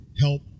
help